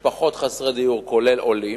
משפחות חסרי דיור, כולל עולים,